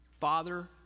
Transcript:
father